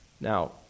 Now